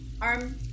arm